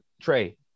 Trey